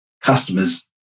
customers